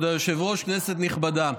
כבוד היושב-ראש, כנסת נכבדה,